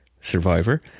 survivor